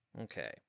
Okay